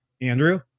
Andrew